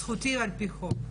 זכותי על פי חוק.